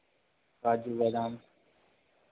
काजू बादाम